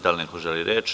Da li neko želi reč?